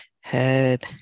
head